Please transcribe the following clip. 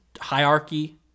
hierarchy